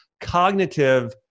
cognitive